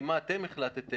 מה אתם החלטתם,